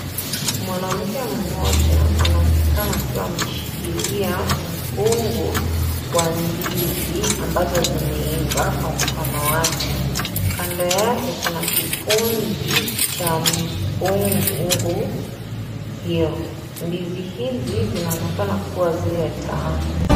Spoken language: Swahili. Mwanamke mmoja anaonekana akiwa ameshikilia mkungu wa ndizi ambazo zimeiva kwa mkono wake. Kando yake kuna mikundi cha mikungu hiyo. Ndizi hizi zinaonekana kuwa zile tamu.